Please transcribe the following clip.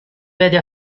vede